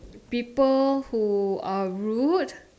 people who are rude